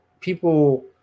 people